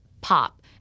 pop